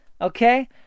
Okay